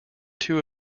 two